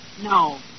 No